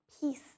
peace